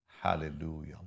Hallelujah